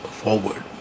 forward